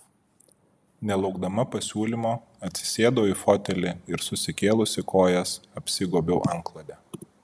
nelaukdama pasiūlymo atsisėdau į fotelį ir susikėlusi kojas apsigobiau antklode